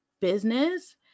business